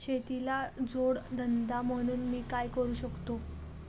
शेतीला जोड धंदा म्हणून मी काय करु शकतो?